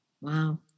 wow